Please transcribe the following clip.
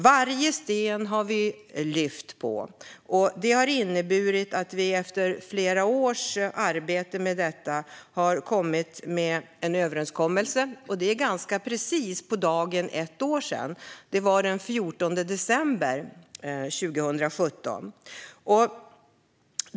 Vi har vänt på varje sten, och det har inneburit att vi efter flera års arbete med detta har nått en överenskommelse. Det var för ganska precis ett år sedan, den 14 december 2017.